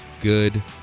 Good